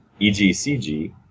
EGCG